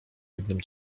jednym